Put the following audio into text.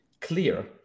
clear